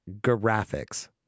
Graphics